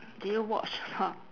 do you watch or not